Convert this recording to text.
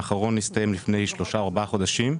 הארון הסתיים לפני שלושה או ארבעה חודשים.